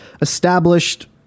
established